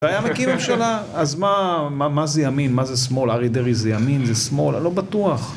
היה מקים ממשלה, אז מה זה ימין, מה זה שמאל, אריה דרעי זה ימין, זה שמאל, לא בטוח.